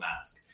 mask